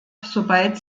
sobald